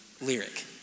lyric